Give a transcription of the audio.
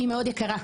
היא מאוד יקרה,